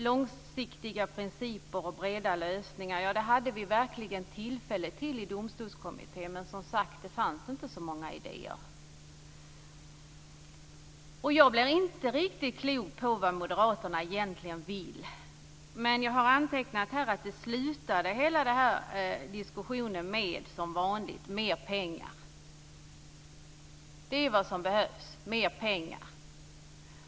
Långsiktiga principer och breda lösningar hade vi verkligen tillfälle att diskutera i Domstolskommittén, men det fanns inte så många idéer i den. Jag blir inte riktigt klok på vad moderaterna egentligen vill, men jag har antecknat att ni avslutade hela den här diskussionen med att som vanligt konstatera att det behövs mer pengar.